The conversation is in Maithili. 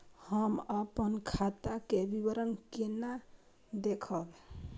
हम अपन खाता के विवरण केना देखब?